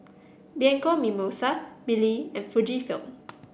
Bianco Mimosa Mili and Fujifilm